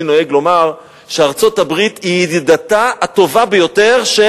אני נוהג לומר שארצות-הברית היא ידידתה הטובה ביותר של,